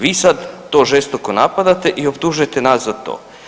Vi sad to žestoko napadate i optužujete nas za to.